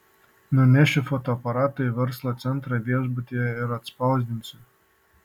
nunešiu fotoaparatą į verslo centrą viešbutyje ir atspausdinsiu